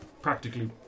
practically